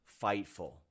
Fightful